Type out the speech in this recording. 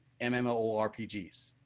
MMORPGs